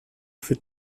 für